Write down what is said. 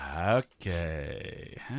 Okay